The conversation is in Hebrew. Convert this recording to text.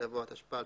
יבוא "התשפ"א-2020".